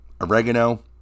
oregano